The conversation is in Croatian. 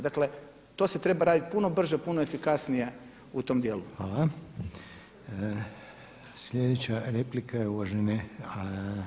Dakle, to se treba raditi puno brže, puno efikasnije u tom djelu.